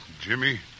Jimmy